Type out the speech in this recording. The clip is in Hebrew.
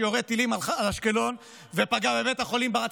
שירה טילים על אשקלון ופגע בבית החולים ברזילי.